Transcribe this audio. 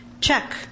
check